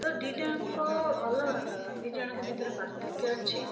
ତ ଦୁଇଟାଯାକ ଅଲଗା ଅଲଗା ଦୁଇଜଣଙ୍କ ଭିତରେ ପାର୍ଥକ୍ୟ ଅଛି